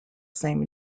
same